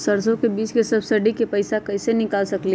सरसों बीज के सब्सिडी के पैसा कईसे निकाल सकीले?